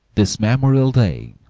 this memorial day,